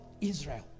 Israel